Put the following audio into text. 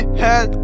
head